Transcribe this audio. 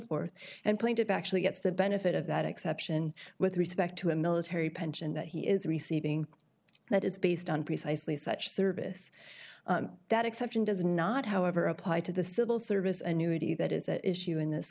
forth and plaintive actually gets the benefit of that exception with respect to a military pension that he is receiving that is based on precisely such service that exception does not however apply to the civil service annually that is at issue in this